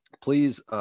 Please